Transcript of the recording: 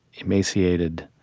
emaciated,